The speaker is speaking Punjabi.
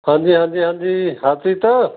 ਹਾਂਜੀ ਹਾਂਜੀ ਹਾਂਜੀ ਹਰਪ੍ਰੀਤ